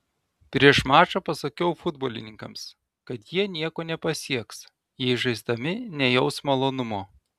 prieš mačą pasakiau futbolininkams kad jie nieko nepasieks jei žaisdami nejaus malonumo